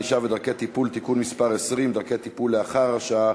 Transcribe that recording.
ענישה ודרכי טיפול) (תיקון מס' 20) (דרכי טיפול לאחר הרשעה),